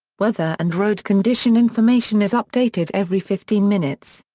weather and road condition information is updated every fifteen minutes.